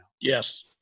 Yes